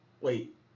wait